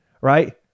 right